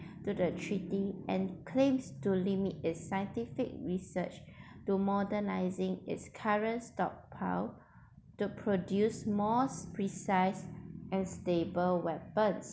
to the treaty and claims to limit its scientific research to modernising its current stockpile to produce more precise and stable weapons